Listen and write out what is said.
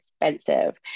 expensive